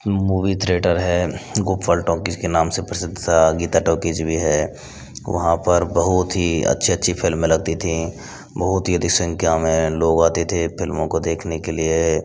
movie theatre है गूफल talkies के नाम से प्रसिद्ध है गीता टाकिज भी है वहाँ पर बहुत ही अच्छी अच्छी फ़िल्में लगती थी बहुत ही अधिक संख्या मे लोग आते थे फ़िल्मों को देखने के लिए